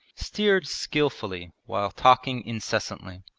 steered skilfully while talking incessantly.